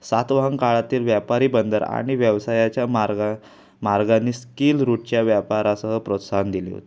सातवाहन काळातील व्यापारी बंदर आणि व्यवसायाच्या मार्गा मार्गाने स्किल रूटच्या व्यापारासह प्रोत्साहन दिले होते